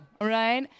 right